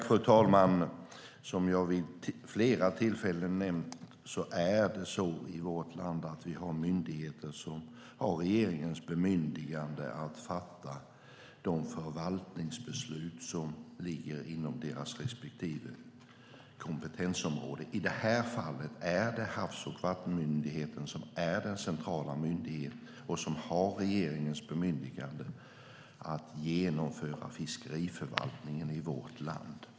Fru talman! Som jag vid flera tillfällen nämnt har vi myndigheter i vårt land som har regeringens bemyndigande att fatta de förvaltningsbeslut som ligger inom deras respektive kompetensområden. I det här fallet är det Havs och vattenmyndigheten och som har regeringens bemyndigande att genomföra fiskeriförvaltningen i vårt land.